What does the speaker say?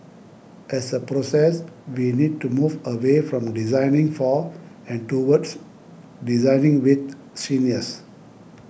as a process we need to move away from designing for and towards designing with seniors